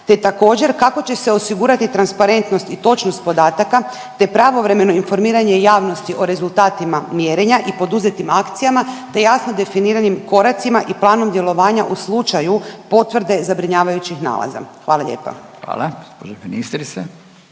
te također kako će se osigurati transparentnost i točnost podataka te pravovremeno informiranje javnosti o rezultatima mjerenja i poduzetim akcijama te jasno definiranim koracima i planom djelovanja u slučaju potvrde zabrinjavajućih nalaza? Hvala lijepa.